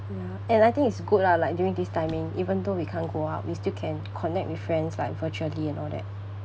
ya and I think it's good lah like during this timing even though we can't go out we still can connect with friends like virtually and all that